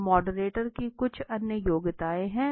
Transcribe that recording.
तो मॉडरेटर की कुछ अन्य योग्यताएं हैं